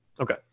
Okay